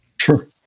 Sure